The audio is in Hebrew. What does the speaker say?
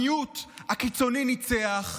המיעוט הקיצוני ניצח,